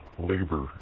Labor